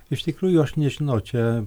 iš tikrųjų aš nežinau čia